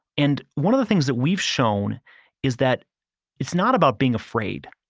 and one of the things that we've shown is that it's not about being afraid,